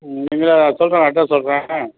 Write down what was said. ம் சொல்கிறேன் அட்ரஸ் சொல்கிறேன்